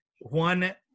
One